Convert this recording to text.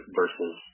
versus